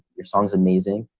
your song is amazing.